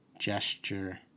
Gesture